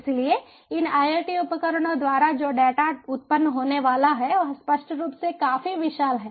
इसलिए इन IoT उपकरणों द्वारा जो डेटा उत्पन्न होने वाला है वह स्पष्ट रूप से काफी विशाल है